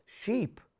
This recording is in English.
sheep